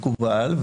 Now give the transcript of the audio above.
מקובל.